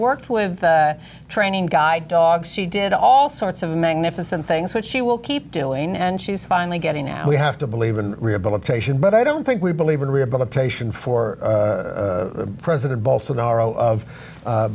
worked with training guide dogs she did all sorts of magnificent things which she will keep doing and she's finally getting out we have to believe in rehabilitation but i don't think we believe in rehabilitation for the president